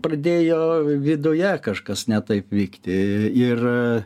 pradėjo viduje kažkas ne taip vykti ir